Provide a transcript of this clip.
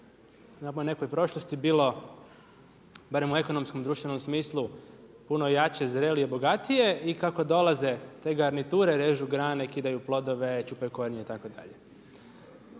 je tamo u nekoj prošlosti bilo barem u ekonomskom društvenom smislu puno jače, zrelije, bogatije i kako dolaze te garniture ružu grane, kidaju plodove, čupaju korijenje itd.